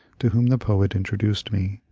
to whom the poet introduced me.